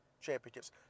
championships